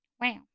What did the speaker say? Wow